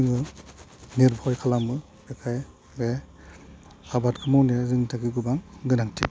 जोङो निरभय खालामो बेखायनो बे आबादखौ मावनाया जोंनि थाखाय गोबां गोनांथि